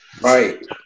Right